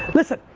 listen.